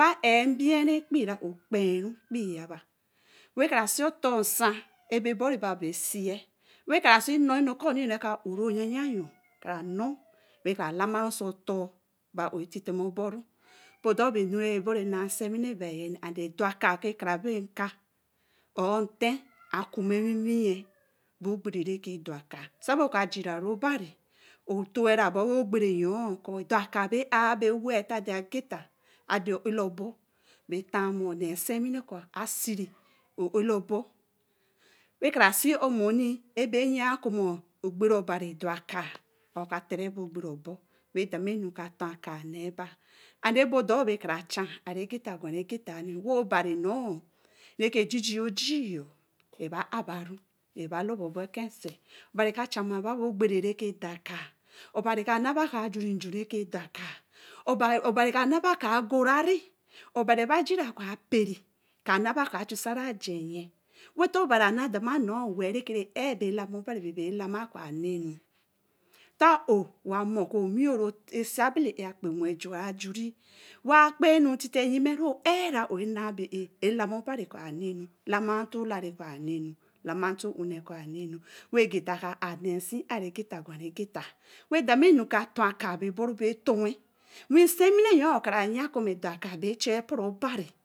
Ru bai á biru kpii ra ó kpen re kpii yaba wah kara si otor nsa re boiru siye, weh kara si nor nukoo re ke á ó ro yenyen yo kara nor weh kara lama oso otor ba á ó tite ma oboro bodoo be nu re ke reboru na siwine bai yen edoka tey karabai akáá or nten ka kuma owiyen oboo gbare re ke daka soba wa jiru obari to koo eboo gbare yo, daka ba á ba wah ta dageta weh tamu nei siwine atageta ó á labo, asiri ó á lobo weh kara si omoni ayan koo ogbare órbo nei ba, kara chan aru geta wa gwaru ageta obari nor re ke jii jii ojii yo, reba a baru reba lobor ken sweer, obari ke chama ba bóó gbare re ke doka, obari kaa naba koo ajuri jun re ke doka obari kaa naba koo agorari, obari bai jira koo á peri, ka na bai koo á chu sari ajen yen weto obari ana dana nor weh reke re a r bai lana koo obari namu te ó wa mor owinyo re ke si abela re juri weh kpa ra ó lana obari koo ananu lama to lare bara Nton une, weh geta ka a ne si ton wi siwine yor ka yan bai che puru obari